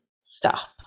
stop